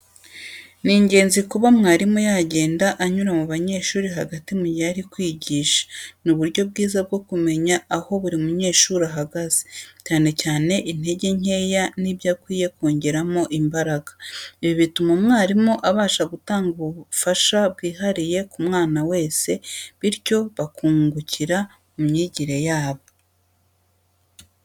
Ni ingenzi kuba mwarimu yagenda anyura mu banyeshuri hagati mu gihe ari kwigisha ni uburyo bwiza bwo kumenya aho buri munyeshuri ahagaze, cyane cyane intege nkeya n'ibyo akwiye kongeramo imbaraga. Ibi bituma umwarimu abasha gutanga ubufasha bwihariye ku mwana wese, bityo bakungukira mu myigire yabo.